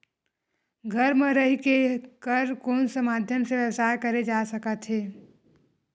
घर म हि रह कर कोन माध्यम से व्यवसाय करे जा सकत हे?